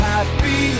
Happy